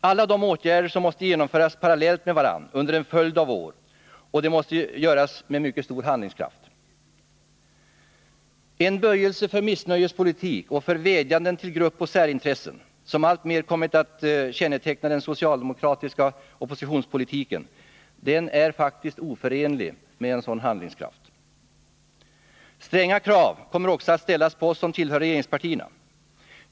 Alla dessa åtgärder måste genomföras parallellt med varandra, under en följd av år och med mycket stor handlingskraft. Den böjelse för missnöjespolitik och för vädjanden till gruppoch särintressen, som alltmer kommit att känneteckna den socialdemokratiska oppositionspolitiken, är oförenlig med sådan handlingskraft. Stränga krav kommer att ställas på oss som tillhör regeringspartierna.